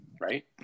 Right